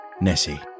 Nessie